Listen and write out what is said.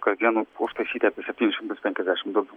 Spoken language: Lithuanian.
kasdien užkaišyti apie septynis šimtus penkiasdešim duobių